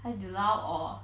海底捞 or